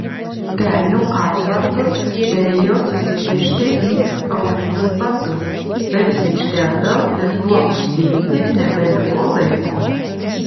kelnių atvartus derėjo susikišti į aulinius batus bet grįžti atgal ir tuo užsiimti nebeliko laiko